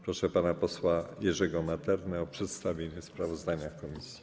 Proszę pana posła Jerzego Maternę o przedstawienie sprawozdania komisji.